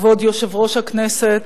כבוד יושב-ראש הכנסת,